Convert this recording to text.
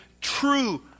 true